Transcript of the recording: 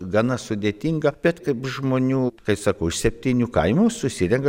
gana sudėtinga bet kaip žmonių kai sakau iš septynių kaimų susirenka